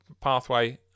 pathway